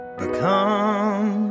become